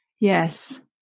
Yes